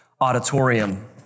auditorium